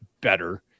better